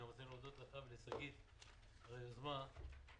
אני רוצה להודות ולשגית על היוזמה.